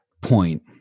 point